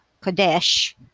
Kadesh